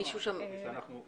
מישהו שם רצה לדבר?